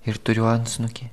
ir turiu antsnukį